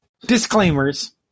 Disclaimers